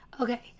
Okay